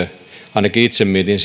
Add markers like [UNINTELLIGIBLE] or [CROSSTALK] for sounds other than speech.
ainakin itse mietin [UNINTELLIGIBLE]